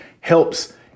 helps